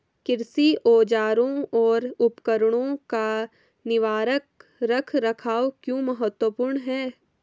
कृषि औजारों और उपकरणों का निवारक रख रखाव क्यों महत्वपूर्ण है?